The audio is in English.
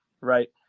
right